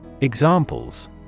Examples